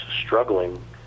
struggling